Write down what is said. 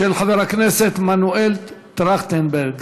של חבר הכנסת מנואל טרכטנברג.